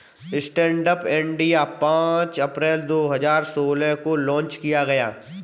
stand up India पांच April दो हजार सोलह को लॉन्च किया गया